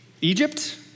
Egypt